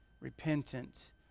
repentant